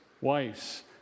wives